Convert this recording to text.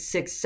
Six